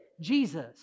Jesus